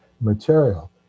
material